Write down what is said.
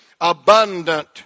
abundant